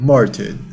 Martin